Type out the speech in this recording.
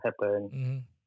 happen